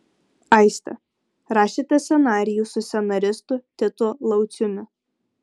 aiste rašėte scenarijų su scenaristu titu lauciumi